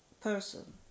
person